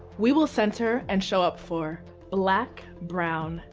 we will center and show up for black, brown,